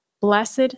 Blessed